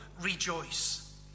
rejoice